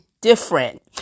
different